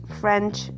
French